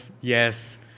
Yes